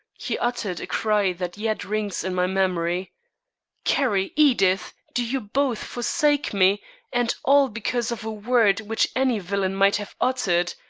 he uttered a cry that yet rings in my memory carrie! edith! do you both forsake me, and all because of a word which any villain might have uttered?